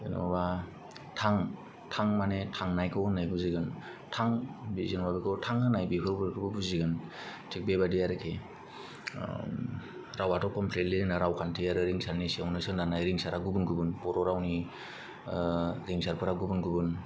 जेनावबा थां थां माने थांनायखौ होननाय बुजिगोन थां थां जेनावबा बेखौ थां होनाय बेखौ बुजिगोन थिग बेबादिनो आरोखि रावाथ' कमप्लिटलि जोंना रावखान्थि आरो रिंसारनि सायावनो सोनारनाय रिंसारा गुबुन गुबुन बर'रावनि रिंसारफ्रा गुबुन गुबुन